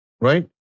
right